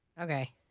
Okay